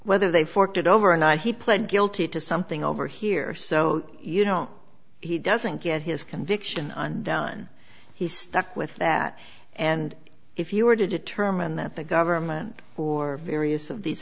whether they forked it over and he pled guilty to something over here so you know he doesn't get his conviction on done he's stuck with that and if you were to determine that the government or various of these